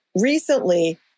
recently